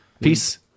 Peace